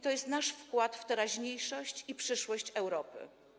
To jest nasz wkład w teraźniejszość i przyszłość Europy.